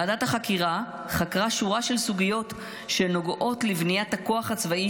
ועדת החקירה חקרה שורה של סוגיות שנוגעות לבניית הכוח הצבאי